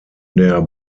der